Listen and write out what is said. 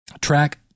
track